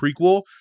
prequel